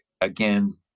again